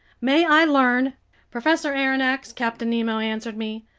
may i learn professor aronnax, captain nemo answered me,